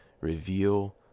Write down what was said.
reveal